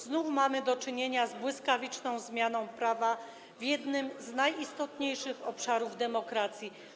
Znów mamy do czynienia z błyskawiczną zmianą prawa w jednym z najistotniejszych obszarów demokracji.